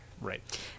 Right